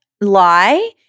lie